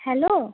hello